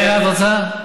יעל, מה את רוצה?